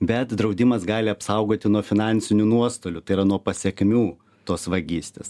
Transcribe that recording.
bet draudimas gali apsaugoti nuo finansinių nuostolių tai yra nuo pasekmių tos vagystės